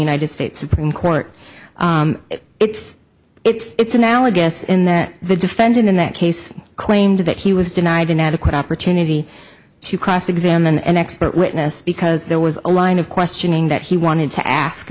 united states supreme court it's analogous in that the defendant in that case claimed that he was denied an adequate opportunity to cross examine an expert witness because there was a line of questioning that he wanted to ask